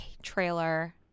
trailer